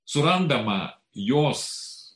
surandama jos